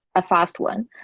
a fast one.